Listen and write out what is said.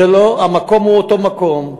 המקום הוא אותו מקום.